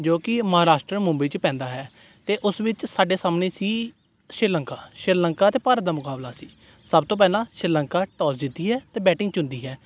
ਜੋ ਕਿ ਮਹਾਰਾਸ਼ਟਰ ਮੁੰਬਈ 'ਚ ਪੈਂਦਾ ਹੈ ਅਤੇ ਉਸ ਵਿੱਚ ਸਾਡੇ ਸਾਹਮਣੇ ਸੀ ਸ਼੍ਰੀ ਲੰਕਾ ਸ਼੍ਰੀ ਲੰਕਾ ਅਤੇ ਭਾਰਤ ਦਾ ਮੁਕਾਬਲਾ ਸੀ ਸਭ ਤੋਂ ਪਹਿਲਾਂ ਸ਼੍ਰੀ ਲੰਕਾ ਟੌਸ ਜਿੱਤਦੀ ਹੈ ਅਤੇ ਬੈਟਿੰਗ ਚੁਣਦੀ ਹੈ